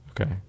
Okay